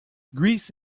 greece